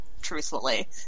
truthfully